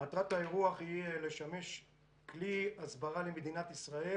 מטרת האירוח היא לשמש כלי הסברה למדינת ישראל